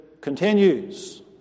continues